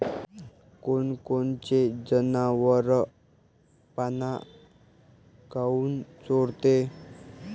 कोनकोनचे जनावरं पाना काऊन चोरते?